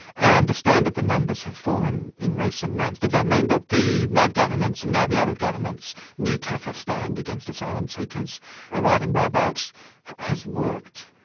i ah understand that the numbers have fallen in recent months. does that mean that the rudd government and now the abbott government's new tougher stand against asylum seekers arriving by boat has worked?